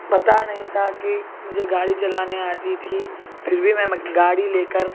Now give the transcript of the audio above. پتہ نہیں تھا کہ مجھے گاڑی چلانے آتی تھی پھر بھی میں گاڑی لے کر